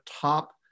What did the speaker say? top